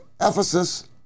Ephesus